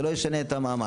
זה לא ישנה את המעמד.